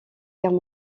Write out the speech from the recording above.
guerre